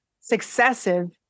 successive